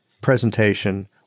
presentation